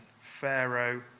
Pharaoh